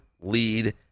lead